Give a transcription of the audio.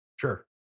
Sure